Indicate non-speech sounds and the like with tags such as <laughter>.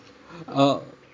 <breath> uh